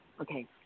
okay